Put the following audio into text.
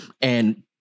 And-